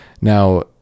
Now